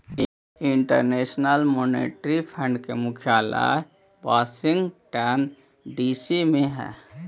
international monetary fund के मुख्यालय Washington DC में हई